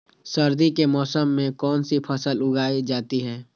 सर्दी के मौसम में कौन सी फसल उगाई जाती है?